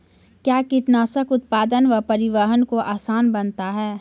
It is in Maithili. कया कीटनासक उत्पादन व परिवहन को आसान बनता हैं?